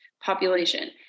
population